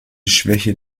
schwäche